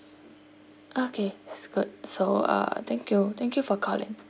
okay that's good so uh thank you thank you for calling